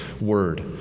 word